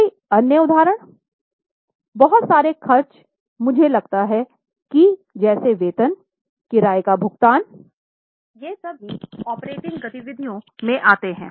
कोई अन्य उदाहरण बहुत सारे खर्च मुझे लगता है कि जैसे वेतन किराए का भुगतान वे सभी ऑपरेटिंग गतिविधियों में आते हैं